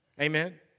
Amen